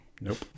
Nope